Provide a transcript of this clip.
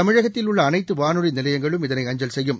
தமிழகத்தில் உள்ள அனைத்து வானொலி நிலையங்களும் இதனை அஞ்சல் செய்யும்